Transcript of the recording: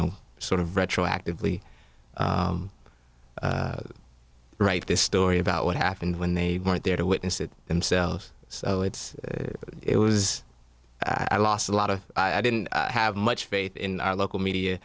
know sort of retroactively write this story about what happened when they weren't there to witness it themselves so it's it was i lost a lot of i didn't have much faith in our local media